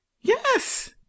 Yes